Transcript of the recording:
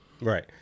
Right